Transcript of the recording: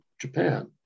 Japan